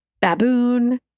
baboon